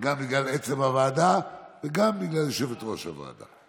גם בגלל עצם הוועדה וגם בגלל יושבת-ראש הוועדה.